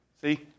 See